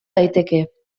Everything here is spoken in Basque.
daiteke